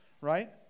right